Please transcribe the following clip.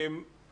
אני אשמח לענות.